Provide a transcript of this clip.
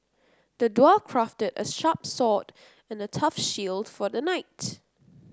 the dwarf crafted a sharp sword and a tough shield for the knight